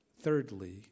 thirdly